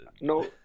No